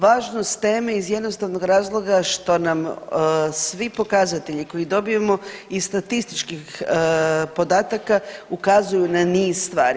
Važnost teme iz jednostavnog razloga što nam svi pokazatelji koji dobijemo iz statističkih podataka ukazuju na niz stvari.